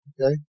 Okay